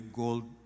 gold